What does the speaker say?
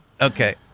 Okay